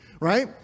right